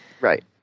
Right